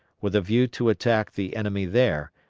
with a view to attack the enemy there,